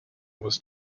was